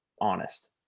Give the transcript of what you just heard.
honest